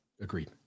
agreed